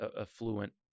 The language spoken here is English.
affluent